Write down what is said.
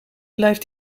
blijft